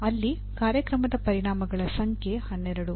ಅಲ್ಲಿ ಕಾರ್ಯಕ್ರಮದ ಪರಿಣಾಮಗಳ ಸಂಖ್ಯೆ 12